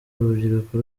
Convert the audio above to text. urubyiruko